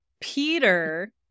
Peter